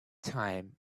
time